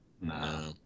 No